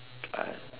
ah